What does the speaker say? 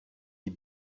die